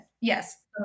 yes